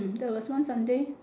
there was one Sunday